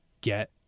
get